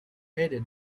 headed